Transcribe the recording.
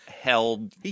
held